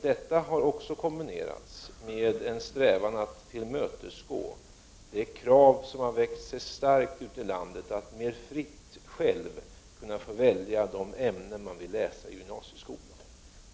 Detta har även kombinerats med en strävan att tillmötesgå det krav som har växt sig starkt ute i landet, att mer fritt själv kunna få välja de ämnen man vill läsa i gymnasieskolan.